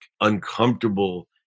uncomfortable